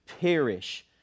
perish